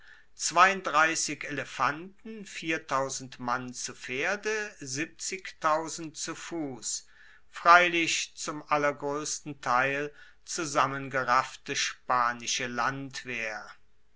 elefanten mann zu pferde zu fuss freilich zum allergroessten teil zusammengeraffte spanische landwehr